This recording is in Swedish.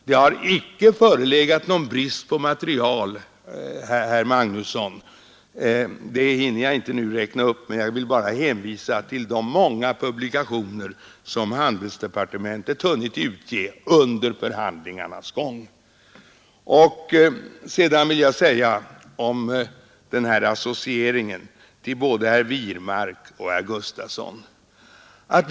Det har icke förelegat någon brist på material, herr Magnus 12 december 1972 son. Jag hinner inte räkna upp dem, men jag vill hänvisa till de många ———— publikationer som handelsdepartementet hunnit ge ut under förhand Avtal med EEC, lingarnas gång. HETE Sedan några ord om associering till herr Wirmark och herr Gustafson i Göteborg.